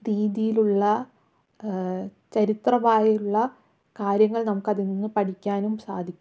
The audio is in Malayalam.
രീതീലുള്ള ചരിത്രമായുള്ള കാര്യങ്ങൾ നമുക്ക് അതിൽ നിന്ന് പഠിക്കാനും സാധിക്കും